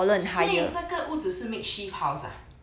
所以那个屋子是 makeshift house ah